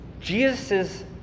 Jesus